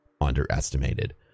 underestimated